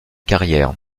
carrière